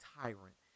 tyrant